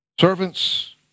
Servants